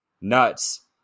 nuts